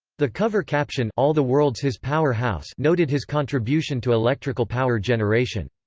the cover caption all the world's his power house noted his contribution to electrical power generation.